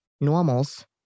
normals